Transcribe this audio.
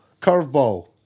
curveball